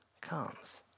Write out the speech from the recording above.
comes